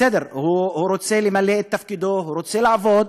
בסדר, הוא רוצה למלא את תפקידו, הוא רוצה לעבוד,